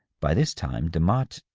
by this time demotte,